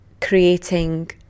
creating